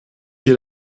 hier